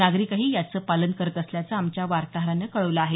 नागरिकही याचं पालन करत असल्याचं आमच्या वार्ताहरानं कळवलं आहे